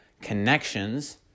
connections